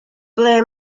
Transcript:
ble